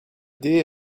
idée